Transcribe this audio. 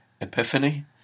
Epiphany